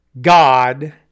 God